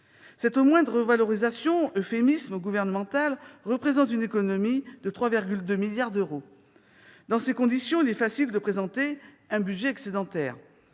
Cette « moindre revalorisation », pour reprendre l'euphémisme gouvernemental, représente une économie de 3,2 milliards d'euros. Dans ces conditions, il est facile de présenter un budget excédentaire.